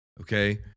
Okay